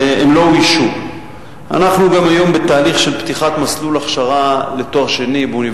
אנחנו עושים את הכול שלא ייפגעו חפים מפשע, ולצערי